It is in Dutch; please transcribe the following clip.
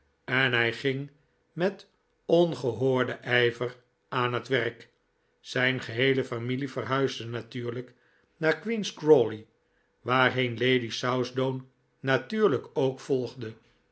en hij ging met ongehoorden ijver aan het werk zijn geheele familie verhuisde natuurlijk naar queen's crawley waarheen lady southdown natuurlijk ook volgde